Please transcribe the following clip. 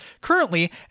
Currently